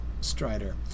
Strider